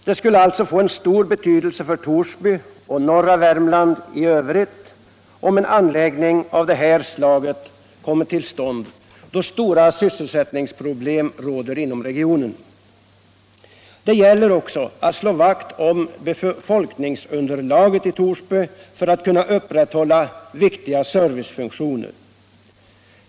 Det skulle få stor betydelse för Torsby och norra Värmland i övrigt, om en anläggning av det här slaget komme till stånd, eftersom stora sysselsättningsproblem råder inom regionen. Det gäller också att slå vakt om befolkningsunderlaget i Torsby för att där kunna upprätthålla viktiga servicefunktioner.